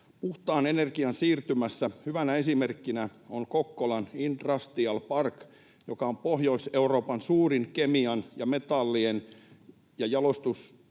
Puhtaan energian siirtymässä hyvänä esimerkkinä on Kokkola Industrial Park, joka on Pohjois-Euroopan suurin kemian ja metallien ja